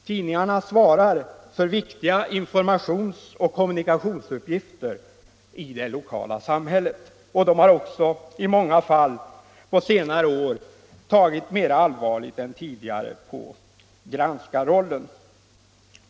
Tidningarna svarar för viktiga informationsoch kommunikationsuppgifter i det lokala samhället, och de har också i många fall på senare år tagit mera allvarligt än tidigare på granskarrollen.